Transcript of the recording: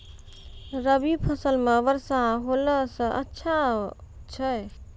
रवी फसल म वर्षा होला से अच्छा छै?